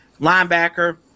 linebacker